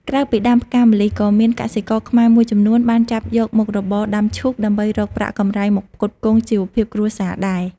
ក្រៅពីដាំផ្កាម្លិះ ក៏មានកសិករខ្មែរមួយចំនួនបានចាប់យកមុខរបរដាំឈូក ដើម្បីរកប្រាក់កម្រៃមកផ្គត់ផ្គង់ជីវភាពគ្រួសារដែរ ។